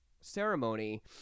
ceremony